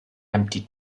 empty